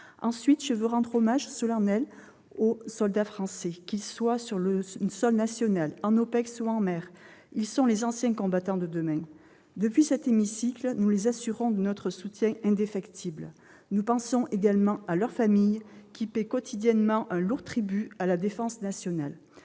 veux également rendre un hommage solennel aux soldats français, qu'ils se trouvent sur le sol national, en OPEX ou en mer : ils sont les anciens combattants de demain. Depuis cet hémicycle, nous les assurons de notre soutien indéfectible. Nous pensons également à leurs familles, qui payent quotidiennement un lourd tribut à la défense nationale.